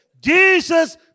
Jesus